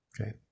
Okay